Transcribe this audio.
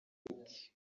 mike